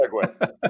segue